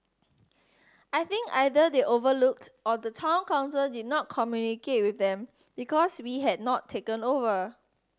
I think either they overlooked or the Town Council did not communicate with them because we had not taken over